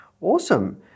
awesome